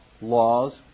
laws